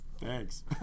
thanks